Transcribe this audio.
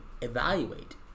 evaluate